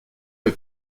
les